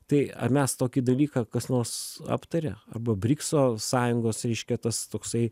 tai ar mes tokį dalyką kas nors aptaria arba brikso sąjungos reiškia tas toksai